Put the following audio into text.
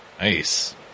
Nice